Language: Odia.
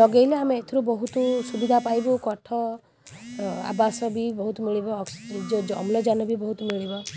ଲଗାଇଲେ ଆମେ ଏଥିରୁ ବହୁତ ସୁବିଧା ପାଇବୁ କାଠ ବାସ ବି ବହୁତ ମିଳିବ ଓ ଜ ଅମ୍ଳଜାନ ବି ବହୁତ ମିଳିବ